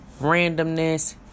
randomness